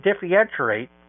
differentiate